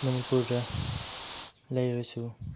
ꯃꯅꯤꯄꯨꯔꯗ ꯂꯩꯔꯁꯨ